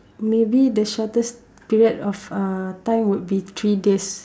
maybe the shortest period of uh time would be three days